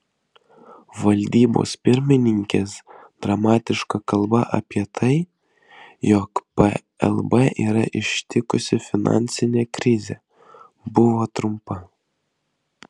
valdybos pirmininkės dramatiška kalba apie tai jog plb yra ištikusi finansinė krizė buvo trumpa